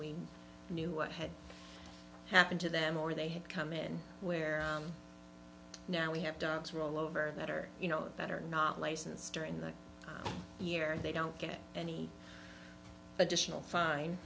we knew what had happened to them or they had come in where now we have to roll over that or you know better not license during the year they don't get any additional fine